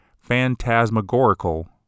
phantasmagorical